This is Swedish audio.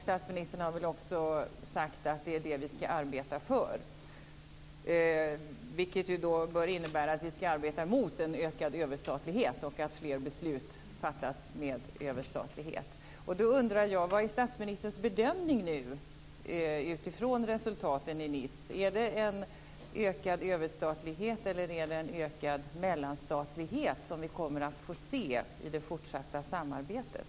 Statsministern har också sagt att det är det vi ska arbeta för, vilket bör innebära att vi ska arbeta mot en ökad överstatlighet och att fler beslut fattas med överstatlighet. Vad är statsministerns bedömning utifrån resultaten i Nice? Är det en ökad överstatlighet, eller är det en ökad mellanstatlighet som vi kommer att få se i det fortsatta samarbetet?